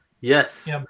yes